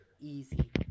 easy